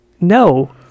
No